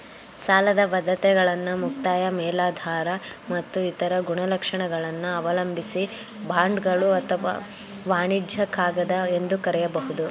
ಸಾಲದ ಬದ್ರತೆಗಳನ್ನ ಮುಕ್ತಾಯ ಮೇಲಾಧಾರ ಮತ್ತು ಇತರ ಗುಣಲಕ್ಷಣಗಳನ್ನ ಅವಲಂಬಿಸಿ ಬಾಂಡ್ಗಳು ಅಥವಾ ವಾಣಿಜ್ಯ ಕಾಗದ ಎಂದು ಕರೆಯಬಹುದು